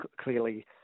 Clearly